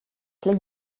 play